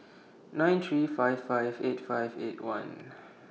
nine three five five eight five eight one